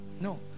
No